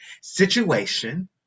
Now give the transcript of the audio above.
situation